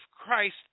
Christ